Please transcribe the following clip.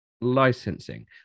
licensing